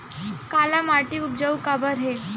काला माटी उपजाऊ काबर हे?